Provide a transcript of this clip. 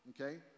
okay